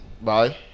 bye